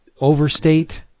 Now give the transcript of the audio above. overstate